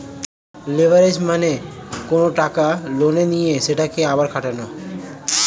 leverage মানে কোনো টাকা লোনে নিয়ে সেটাকে আবার খাটানো